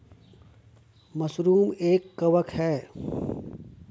mushroom एक कवक है